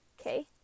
Okay